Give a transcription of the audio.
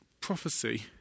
prophecy